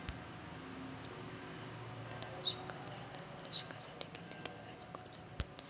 म्या बारावीत शिकत हाय तर मले शिकासाठी किती रुपयान कर्ज भेटन?